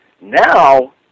Now